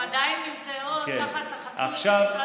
הם עדיין נמצאים תחת החסות של משרד הרווחה.